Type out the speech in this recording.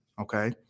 okay